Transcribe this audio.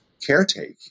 caretake